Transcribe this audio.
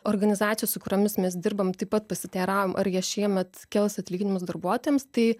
organizacijos su kuriomis mes dirbam taip pat pasiteiravom ar jie šiemet kels atlyginimus darbuotojams tai